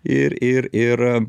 ir ir ir